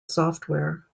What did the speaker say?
software